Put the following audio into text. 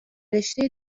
رشته